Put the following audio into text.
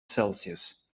celsius